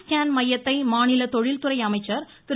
scan மையத்தை மாநில தொழில்துறை அமைச்சர் திரு